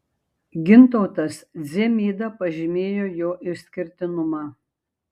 gintautas dzemyda pažymėjo jo išskirtinumą